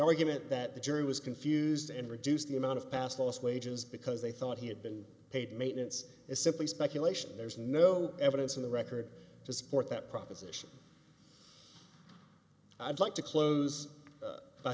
argument that the jury was confused and reduced the amount of past lost wages because they thought he had been paid maintenance is simply speculation there's no evidence in the record to support that proposition i'd like to close by